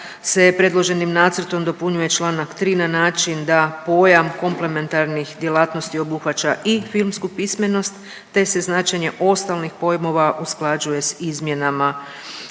se predloženim nacrtom dopunjuje čl. 3 na način da pojam komplementarnih djelatnosti obuhvaća i filmsku pismenost te se značenje osnovnih pojmova usklađuje s izmjenama